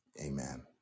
Amen